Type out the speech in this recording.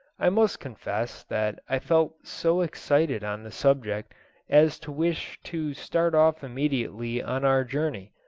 i must confess that i felt so excited on the subject as to wish to start off immediately on our journey.